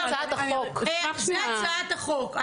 זאת הצעת החוק.